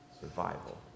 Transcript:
survival